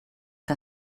que